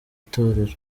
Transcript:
itorero